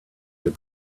your